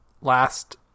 last